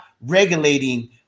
regulating